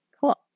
Cool